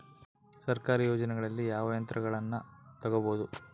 ಸರ್ಕಾರಿ ಯೋಜನೆಗಳಲ್ಲಿ ಯಾವ ಯಂತ್ರಗಳನ್ನ ತಗಬಹುದು?